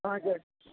हजुर